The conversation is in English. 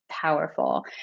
Powerful